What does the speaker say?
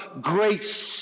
grace